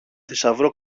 θησαυρό